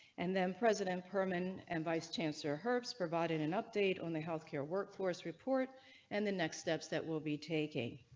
and then president prman and vice chancellor hertz providing an update on the health care workforce report and the next steps that will be taking.